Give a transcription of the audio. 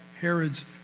Herod's